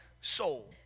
soul